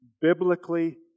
biblically